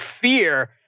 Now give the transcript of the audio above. fear